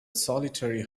solitary